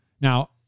Now